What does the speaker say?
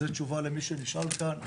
זו תשובה למי ששאל כאן.